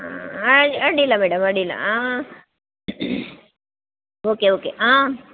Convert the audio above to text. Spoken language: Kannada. ಹಾಂ ಅಡ್ಡಿಲ್ಲ ಮೇಡಮ್ ಅಡ್ಡಿಲ್ಲ ಹಾಂ ಓಕೆ ಓಕೆ ಹಾಂ